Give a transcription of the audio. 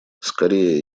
скорее